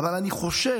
אבל אני חושב